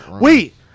Wait